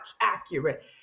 accurate